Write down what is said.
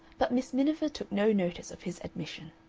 but miss miniver took no notice of his admission.